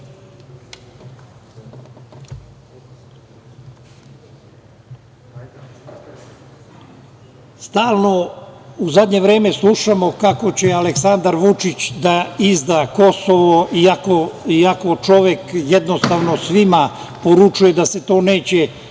cilj? Stalno u zadnje vreme slušamo kako će Aleksandar Vučić da izda Kosovo, iako čovek svima poručuje da se to neće deseti